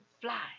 Fly